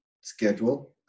schedule